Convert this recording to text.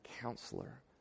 counselor